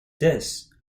discs